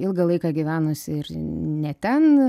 ilgą laiką gyvenusi ir ne ten